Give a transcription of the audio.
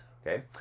Okay